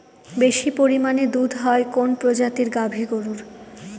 বেশি পরিমানে দুধ হয় কোন প্রজাতির গাভি গরুর?